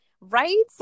right